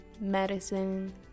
medicine